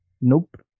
Nope